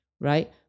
Right